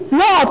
no